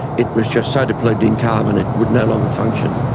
it was just so depleted in carbon it would no longer function.